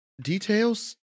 details